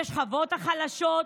בשכבות החלשות,